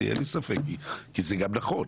אין לי ספק, כי זה גם נכון.